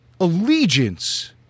allegiance